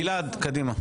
גלעד, קדימה.